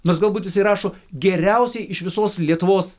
nors galbūt jisai rašo geriausiai iš visos lietuvos